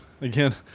Again